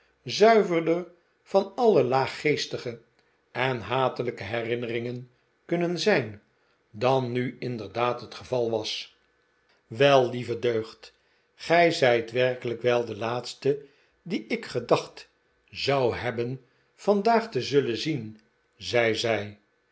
zuiverder van alle laaggeestige en hatelijke herinneringen kunnen zijn dan nu inderdaad het geval was wel lieve deugd gij zijt werkelijk wel de laatste dien ik gedacht zou hebben vandaag te zullen zien zei